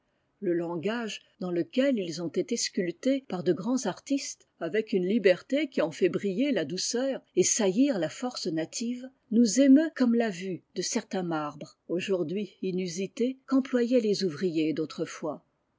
le langage dans lequel ils ont été sculptés par de grands artistes avec une liberté qui en fait briller la douceur et saillir la force native nous émeut comme la vue de certains marbres aujourd'hui inusités qu'employaient les ouvriers d'autrefois